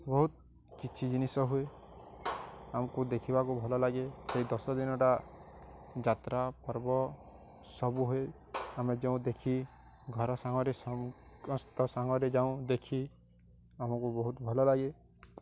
ବହୁତ କିଛି ଜିନିଷ ହୁଏ ଆମକୁ ଦେଖିବାକୁ ଭଲଲାଗେ ସେଇ ଦଶଦିନଟା ଯାତ୍ରା ପର୍ବ ସବୁ ହୁଏ ଆମେ ଯେଉଁ ଦେଖି ଘର ସାଙ୍ଗରେ ସମସ୍ତ ସାଙ୍ଗରେ ଯଉଁ ଦେଖି ଆମକୁ ବହୁତ ଭଲଲାଗେ